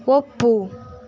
ಒಪ್ಪು